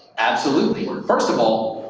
absolutely. first of all,